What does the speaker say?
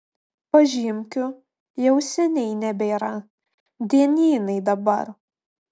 pažymkių jau seniai nebėra dienynai dabar